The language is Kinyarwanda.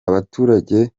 abaturage